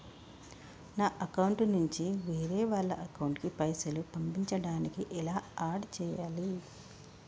నా అకౌంట్ నుంచి వేరే వాళ్ల అకౌంట్ కి పైసలు పంపించడానికి ఎలా ఆడ్ చేయాలి?